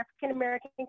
African-American